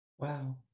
Wow